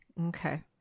Okay